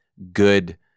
good